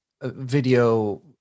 video